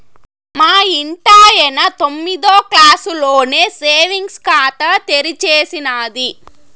మా ఇంటాయన తొమ్మిదో క్లాసులోనే సేవింగ్స్ ఖాతా తెరిచేసినాది